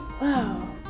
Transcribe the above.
wow